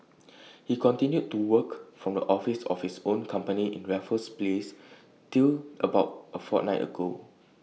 he continued to work from the office of his own company in Raffles place till about A fortnight ago